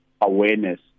awareness